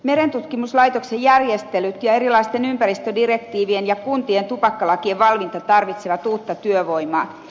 merentutkimuslaitoksen järjestelyt ja erilaisten ympäristödirektiivien ja kuntien tupakkalakien valvonta tarvitsevat uutta työvoimaa